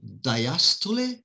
diastole